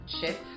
chip